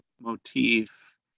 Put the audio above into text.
motif